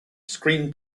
screen